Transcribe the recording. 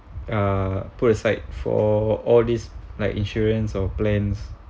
uh put aside for all these like insurance or plans